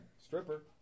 stripper